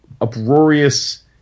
uproarious